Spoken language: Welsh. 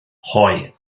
hoe